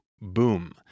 boom